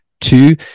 Two